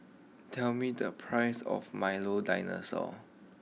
tell me the price of Milo dinosaur